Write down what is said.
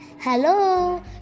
Hello